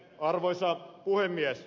arvoisa puhemies